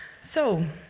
so